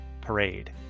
Parade